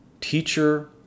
Teacher